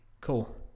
Cool